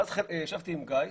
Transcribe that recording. ואז ישבתי עם גיא,